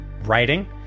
writing